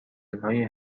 هتلهای